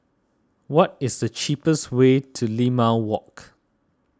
what is the cheapest way to Limau Walk